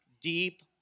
deep